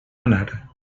anar